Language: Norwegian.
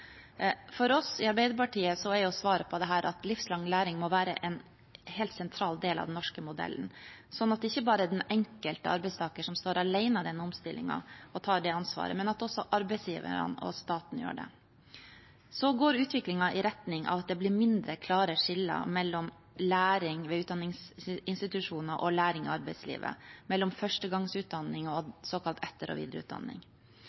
For oss i Arbeiderpartiet er svaret på dette at livslang læring må være en helt sentral del av den norske modellen, slik at det ikke bare er den enkelte arbeidstaker som står alene i denne omstillingen og tar det ansvaret, men at også arbeidsgiverne og staten gjør det. Utviklingen går i retning av at det blir mindre klare skiller mellom læring ved utdanningsinstitusjoner og læring i arbeidslivet, mellom førstegangsutdanning og